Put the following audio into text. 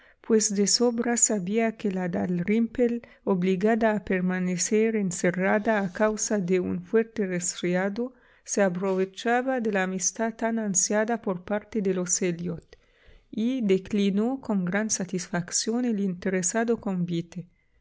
pues de sobra sabía que la dalrymple obligada a permanecer encerrada a causa de un fuerte resfriado se aprovechaba de la amistad tan ansiada por parte de los elliot y declinó con gran satisfacción el interesado convite